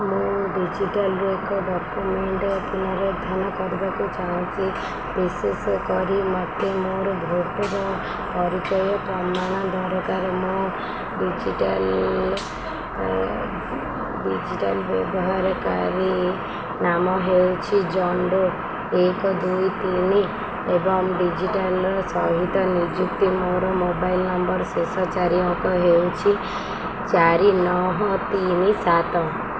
ମୁଁ ଡିଜିଟାଲ୍ରୁ ଏକ ଡକ୍ୟୁମେଣ୍ଟ ପୁନରୁଦ୍ଧାର କରିବାକୁ ଚାହୁଁଛି ବିଶେଷ କରି ମୋତେ ମୋର ଭୋଟର୍ ପରିଚୟ ପତ୍ର ଦରକାର ମୋର ଡିଜିଟାଲ୍ ଡିଜିଟାଲ୍ ବ୍ୟବହାରକାରୀ ନାମ ହେଉଛି ଜନଡୋ ଏକ ଦୁଇ ତିନି ଏବଂ ଡିଜିଟାଲ୍ ସହିତ ସଂଯୁକ୍ତ ମୋର ମୋବାଇଲ ନମ୍ବରର ଶେଷ ଚାରି ଅଙ୍କ ହେଉଛି ଚାରି ନଅ ତିନି ସାତ